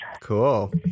Cool